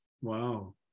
wow